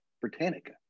Britannica